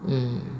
mm